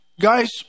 guys